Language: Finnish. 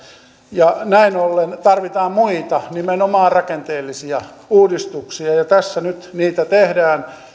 näin ollen tarvitaan muita nimenomaan rakenteellisia uudistuksia ja ja tässä nyt niitä tehdään